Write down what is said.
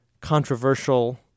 controversial